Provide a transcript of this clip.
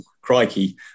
crikey